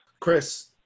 Chris